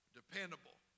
dependable